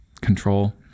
control